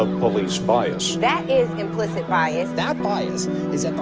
ah police bias that is implicit bias that bias is